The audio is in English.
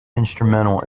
instrumental